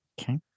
Okay